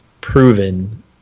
proven